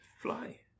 fly